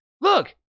look